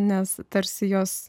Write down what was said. nes tarsi jos